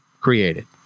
created